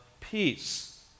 peace